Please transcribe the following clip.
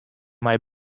mei